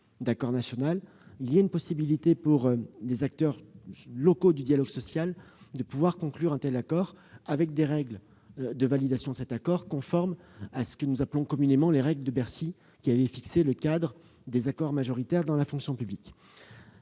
d'accord national, les acteurs locaux du dialogue social puissent conclure un tel accord avec des règles de validation conformes à ce que nous appelons communément les « règles de Bercy », qui avaient fixé le cadre des accords majoritaires dans la fonction publique.